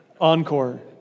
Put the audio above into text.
Encore